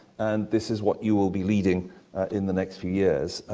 and this is what you will be leading in the next few years.